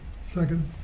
Second